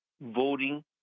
voting